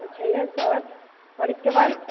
अच्छा येस और और इसके बाद